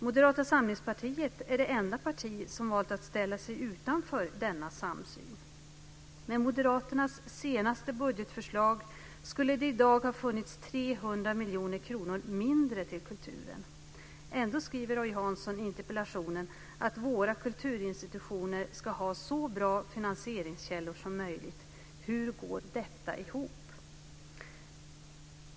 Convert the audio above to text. Moderata samlingspartiet är det enda parti som valt att ställa sig utanför denna samsyn. Med moderaternas senaste budgetförslag skulle det i dag ha funnits 300 miljoner kronor mindre till kulturen. Ändå skriver Roy Hansson i interpellationen att våra kulturinstitutioner ska ha så bra finansieringskällor som möjligt. Hur går detta ihop?